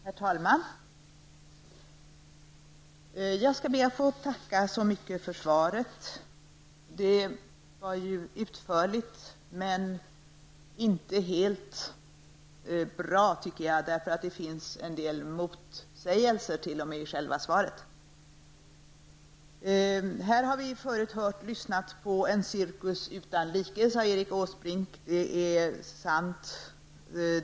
Herr talman! Jag skall be att få tacka så mycket för svaret. Det var ju utförligt. Men jag tycker att det inte var helt bra, eftersom det finns t.o.m. en del motsägelser. Erik Åsbrink sade att vi har lyssnat på en cirkus utan like. Det är sant.